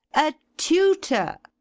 a tutor.